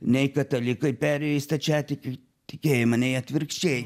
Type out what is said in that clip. nei katalikai perėjo į stačiatikių tikėjimą nei atvirkščiai